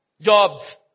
Jobs